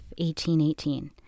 1818